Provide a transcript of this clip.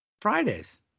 Friday's